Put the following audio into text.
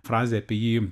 frazė apie jį